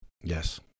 yes